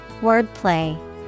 Wordplay